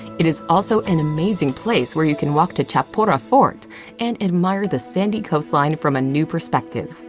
it is also an amazing place where you can walk to chapora fort and admire the sandy coastline from a new perspective.